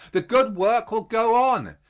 the good work will go on.